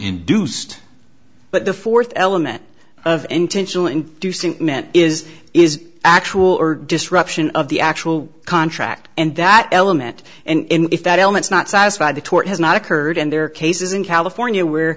induced but the fourth element of intentional and do see meant is is actual or disruption of the actual contract and that element and if that elements not satisfied the tort has not occurred and there are cases in california where